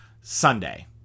Sunday